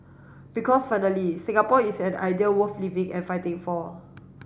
because finally Singapore is an idea worth living and fighting for